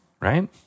Right